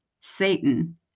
Satan